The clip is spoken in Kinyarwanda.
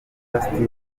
restaurant